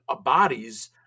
bodies